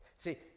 See